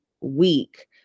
week